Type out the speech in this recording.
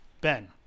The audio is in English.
Ben